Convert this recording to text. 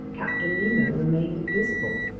captain nemo remained invisible.